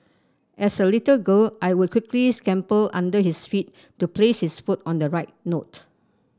as a little girl I would quickly scamper under his feet to place his foot on the right note